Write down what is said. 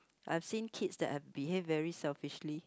I've seen kids that have behaved very selfish